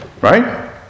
right